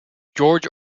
george